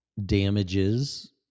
damages